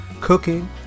cooking